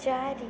ଚାରି